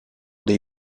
dei